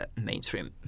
mainstream